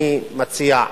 אני מציע,